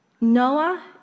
Noah